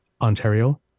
ontario